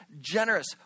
generous